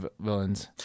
villains